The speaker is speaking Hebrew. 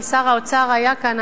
אם שר האוצר היה כאן,